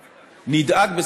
נדאג,